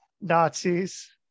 Nazis